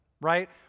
right